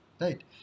right